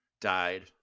died